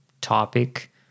topic